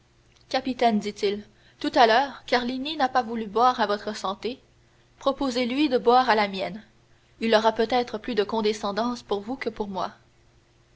capitaine dit-il tout à l'heure carlini n'a pas voulu boire à votre santé proposez lui de boire à la mienne il aura peut-être plus de condescendance pour vous que pour moi